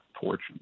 fortune